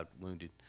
wounded